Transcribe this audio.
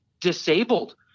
disabled